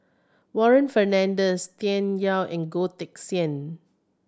Warren Fernandez Tian Yau and Goh Teck Sian